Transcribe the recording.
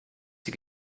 sie